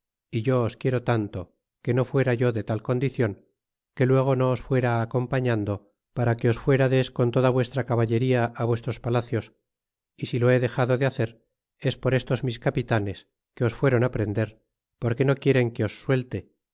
é yo os quiero tanto que no fuera yo de tal condicion que luego no os fuera acompañando para que os fuerades con toda vuestra caballería á vuestros palacios y si lo he dexado de hacer es por estos mis capitanes que os fueron á prender porque no quieren que os suelte